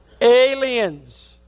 aliens